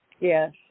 Yes